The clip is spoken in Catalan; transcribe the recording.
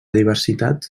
diversitat